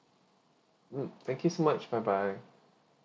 mm thank you so much bye bye